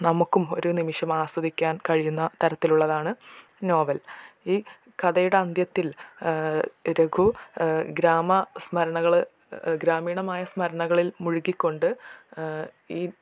നമുക്കും ഓരോ നിമിഷം ആസ്വദിക്കാൻ കഴിയുന്ന തരത്തിലുള്ളതാണ് നോവൽ ഈ കഥയുടെ അന്ത്യത്തിൽ രഘു ഗ്രാമ സ്മരണകൾ ഗ്രാമീണമായ സ്മരണകളിൽ മുഴുകി കൊണ്ട് ഈ